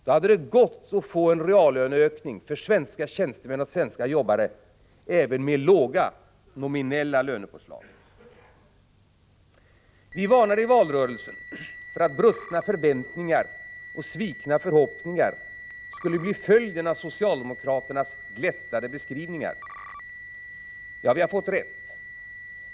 Då hade det, även med låga nominella lönepåslag, gått att få till stånd en reallöneökning för svenska tjänstemän och jobbare. Vi varnade i valrörelsen för att brustna förväntningar och svikna förhoppningar skulle bli följden av socialdemokraternas glättade beskrivningar. Vi har nu fått rätt.